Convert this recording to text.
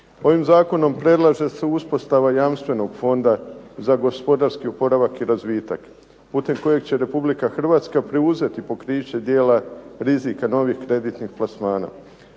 Ovim zakonom predlaže se uspostava jamstvenog fonda za gospodarski oporavak i razvitak putem kojeg će Republika Hrvatska preuzeti pokriće dijela rizika novih kreditnih plasmana.